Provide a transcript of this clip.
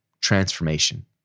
transformation